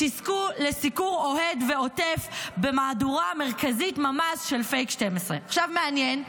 תזכו לסיקור אוהד ועוטף במהדורה מרכזית ממש של פייק 12. מעניין,